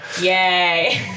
Yay